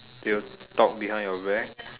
they will talk behind your back